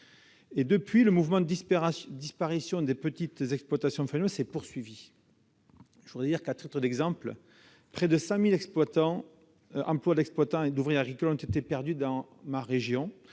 ! Depuis lors, le mouvement de disparition des petites exploitations familiales s'est poursuivi. Il faut savoir que près de 100 000 emplois d'exploitants et d'ouvriers agricoles ont été perdus dans ma région